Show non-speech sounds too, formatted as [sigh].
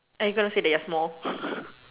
are you going to say that you are small [noise]